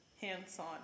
hands-on